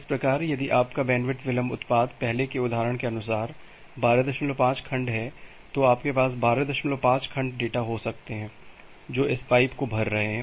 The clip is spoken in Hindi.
इस प्रकार यदि आपका बैंडविड्थ विलंब उत्पाद पहले के उदाहरण के अनुसार 125 खंड है तो आपके पास 125 खंड डेटा हो सकते हैं जो इस पाइप को भर रहे हैं